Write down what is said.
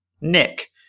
Nick